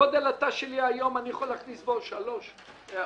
גודל התא שלי היום אני יכול להכניס שלוש עופות.